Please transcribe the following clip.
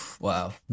Wow